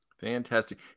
Fantastic